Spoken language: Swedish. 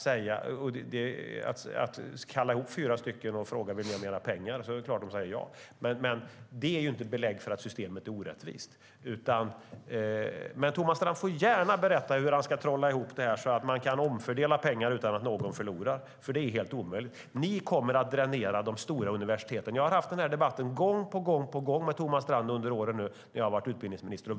Om man kallar ihop fyra personer och frågar om de vill ha mer pengar är det klart att de säger ja. Men det är inte ett belägg för att systemet är orättvist. Thomas Strand får gärna berätta hur han ska trolla ihop det här, så att man kan omfördela pengar utan att någon förlorar. Det är i själva verket helt omöjligt. Ni kommer att dränera de stora universiteten. Jag har haft den här debatten gång på gång med Thomas Strand under de år jag varit utbildningsminister.